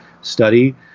study